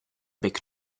big